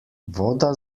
voda